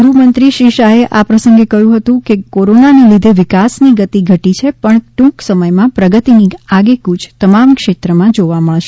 ગૃહ મંત્રીશ્રી શાહે આ પ્રસંગે કહ્યું હતું કે કોરોનાને લીધે વિકાસ ની ગતિ ઘટી છે પણ ટ્રંક સમય માં પ્રગતિની આગેકૂય તમામ ક્ષેત્રમાં જોવા મળશે તેમાં શંકા નથી